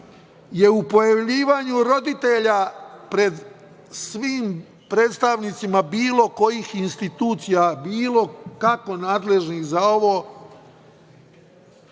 je u pojavljivanju roditelja pred svim predstavnicima bilo kojih institucija, bilo kako nadležnih za ovo,